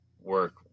work